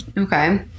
okay